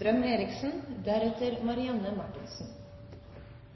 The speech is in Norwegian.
løftebrudd er